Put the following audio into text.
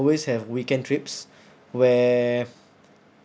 always have weekend trips where